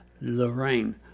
Lorraine